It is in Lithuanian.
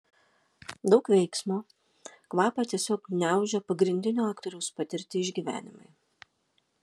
daug veiksmo kvapą tiesiog gniaužia pagrindinio aktoriaus patirti išgyvenimai